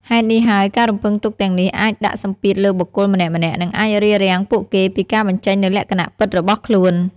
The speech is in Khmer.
ហេតុនេះហើយការរំពឹងទុកទាំងនេះអាចដាក់សម្ពាធលើបុគ្គលម្នាក់ៗ និងអាចរារាំងពួកគេពីការបញ្ចេញនូវលក្ខណៈពិតរបស់ខ្លួន។